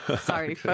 Sorry